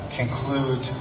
conclude